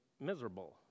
miserable